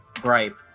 gripe